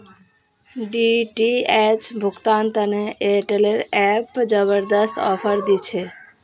DTH भुगतान तने Airtel app जबरदस्त ऑफर दी छे